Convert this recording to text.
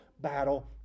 battle